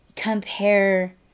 compare